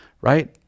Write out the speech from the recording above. right